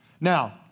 Now